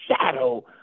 shadow